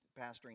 pastoring